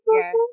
Yes